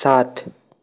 सात